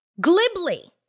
glibly